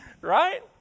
Right